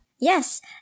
Yes